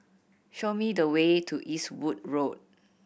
show me the way to Eastwood Road